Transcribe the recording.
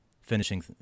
finishing